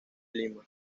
lima